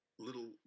little